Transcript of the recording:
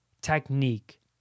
technique